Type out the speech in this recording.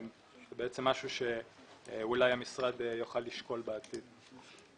זה דבר שאולי המשרד יוכל לשקול בעתיד.